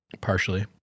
Partially